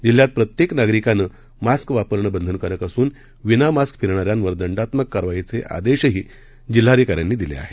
जिल्ह्यात प्रत्येक नागरिकानं मास्क वापरणं बंधनकारक असून विना मास्क फिरणाऱ्यांवर दंडात्मक कारवाईचे आदेशही जिल्हाधिकाऱ्यांनी दिले आहेत